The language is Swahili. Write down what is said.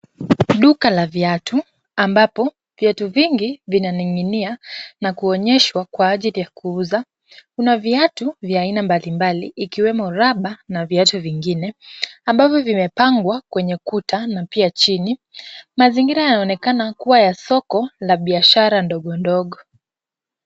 Duka la viatu, ambapo viatu vingi vinaning'inia na kuonyeshwa kwa ajili ya kuuza. Kuna viatu vya aina mbalimbali ikiwemo raba na viatu vingine ambavyo vimepangwa kwenye kuta na pia chini. Mazingira yanaonekana kuwa ya soko la biashara ndogo ndogo.